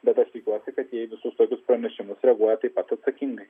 bet aš tikiuosi kad jie į visus tokius pranešimus reaguoja taip pat atsakingai